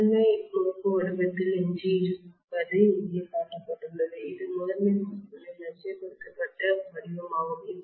முதன்மை முறுக்கு வடிவத்தில் எஞ்சியிருப்பது இங்கே காட்டப்பட்டுள்ளது இது முதன்மை முறுக்குகளின் இலட்சியப்படுத்தப்பட்ட வடிவமாகும்